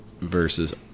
versus